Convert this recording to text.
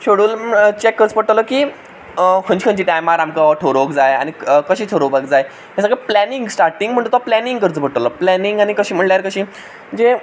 schedule check करचो पडटलो की खंयच्या खंयच्या टायमार आमकां हो थारोवंक जाय आनी कशें थरोवपाक जाय हें सगळें प्लॅनिंग स्टार्टिंग म्हणटात तो प्लॅनिंग करचो पडटलो प्लॅनिंग आनी कशें म्हणल्यार कशें जें